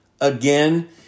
again